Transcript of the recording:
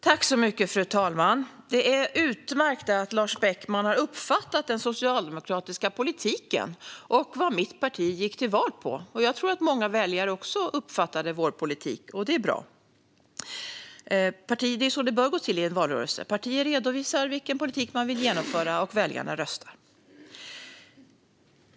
Fru talman! Det är utmärkt att Lars Beckman har uppfattat den socialdemokratiska politiken och vad mitt parti gick till val på. Jag tror att många väljare också uppfattade vår politik, och det är bra. Det är så det bör gå till i en valrörelse: Partier redovisar vilken politik man vill genomföra, och väljarna röstar.